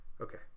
Okay